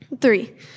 Three